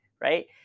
right